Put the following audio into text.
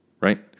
right